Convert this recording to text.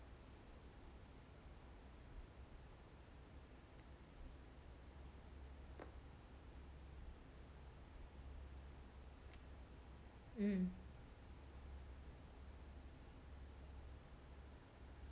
mm